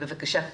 בבקשה,